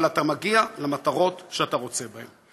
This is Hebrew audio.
אבל אתה מגיע למטרות שאתה רוצה בהן.